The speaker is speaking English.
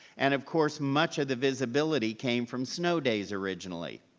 and of course, much of the visibility came from snow days originally.